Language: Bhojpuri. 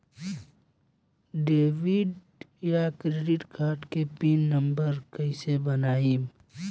डेबिट या क्रेडिट कार्ड मे पिन नंबर कैसे बनाएम?